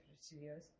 Studios